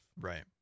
Right